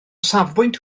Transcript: safbwynt